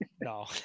no